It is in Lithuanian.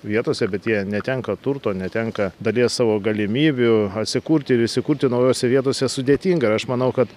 vietose bet jie netenka turto netenka dalies savo galimybių atsikurti ir įsikurti naujose vietose sudėtinga ir aš manau kad